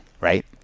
right